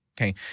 okay